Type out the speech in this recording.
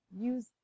use